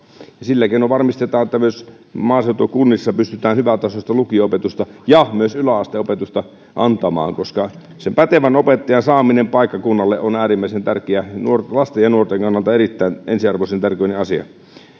sillä keinoin varmistetaan että myös maaseutukunnissa pystytään hyvätasoista lukio opetusta ja myös yläasteopetusta antamaan koska pätevän opettajan saaminen paikkakunnalle on äärimmäisen tärkeää lasten ja nuorten kannalta ensiarvoisen tärkeä asia